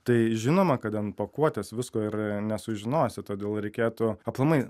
tai žinoma kad ant pakuotės visko ir nesužinosi todėl reikėtų aplamai